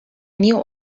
new